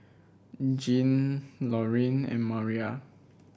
Jeanne Lorene and Mariah